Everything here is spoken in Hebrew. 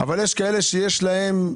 אבל יש כאלו שיש להם,